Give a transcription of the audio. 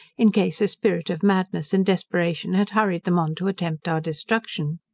in case a spirit of madness and desperation had hurried them on to attempt our destruction.